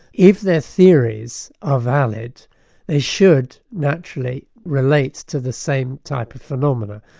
if their theories are valid they should naturally relate to the same type of phenomena.